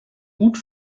gut